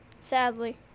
sadly